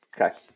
Okay